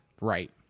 Right